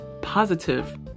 Positive